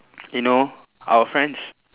you know our friends